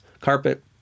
carpet